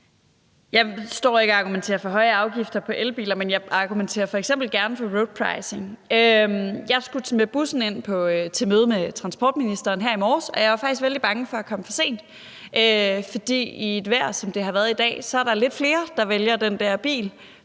Jeg står ikke og argumenterer for høje afgifter på elbiler, men jeg argumenterer f.eks. gerne for roadpricing. Jeg skulle med bussen ind til møde med transportministeren her i morges, og jeg var faktisk vældig bange for at komme for sent. For i et vejr som i dag er der lidt flere, der vælger den der bil